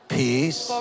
peace